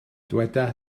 dyweda